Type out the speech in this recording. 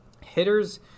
hitters